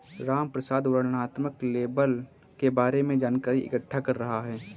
रामप्रसाद वर्णनात्मक लेबल के बारे में जानकारी इकट्ठा कर रहा है